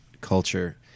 culture